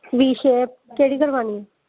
कलीन shave केह्ड़ी करवानी